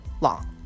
long